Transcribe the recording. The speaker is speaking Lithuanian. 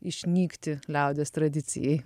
išnykti liaudies tradicijai